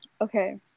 Okay